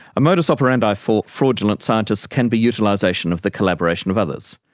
a modus operandi for fraudulent scientists can be utilisation of the collaboration of others,